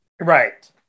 Right